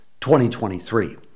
2023